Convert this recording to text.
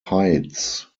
heights